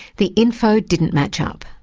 the info didn't match up.